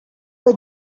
were